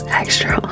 extra